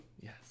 Yes